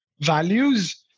values